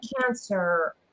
cancer